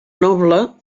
noble